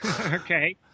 okay